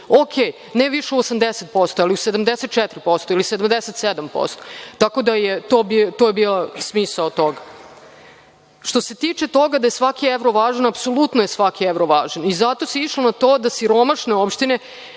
Okej, ne više od 80%, ali 74% ili 77%, tako da je to bio smisao toga. Što se tiče toga da je svaki evro važan, apsolutno je svaki evro važan i zato se i išlo na to da siromašne opštine